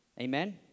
Amen